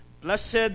Blessed